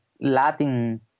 Latin